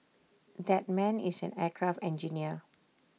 that man is an aircraft engineer